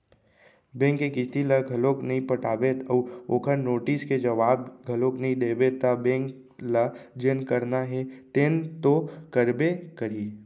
bank के किस्ती ल घलोक नइ पटाबे अउ ओखर नोटिस के जवाब घलोक नइ देबे त बेंक ल जेन करना हे तेन तो करबे करही